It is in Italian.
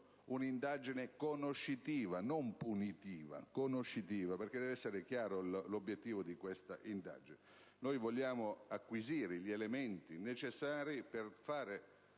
un'indagine conoscitiva, e non punitiva. Deve infatti essere chiaro l'obiettivo di questa indagine: vogliamo acquisire gli elementi necessari per fare